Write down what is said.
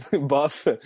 buff